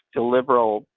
illiberal,